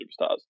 superstars